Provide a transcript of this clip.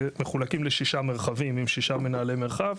ומחולקים ל-6 מרחבים עם 6 מנהלי מרחב.